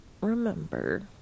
remember